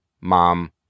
mom